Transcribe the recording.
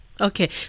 Okay